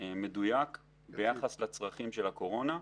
מדויק ביחס לצרכים של הקורונה.